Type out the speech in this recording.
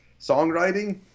songwriting